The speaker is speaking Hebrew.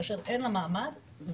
אם אין לה מעמד,